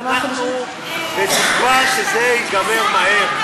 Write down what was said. אנחנו בתקווה שזה ייגמר מהר.